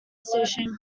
station